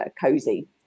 cozy